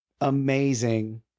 amazing